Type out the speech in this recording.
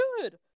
good